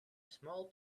small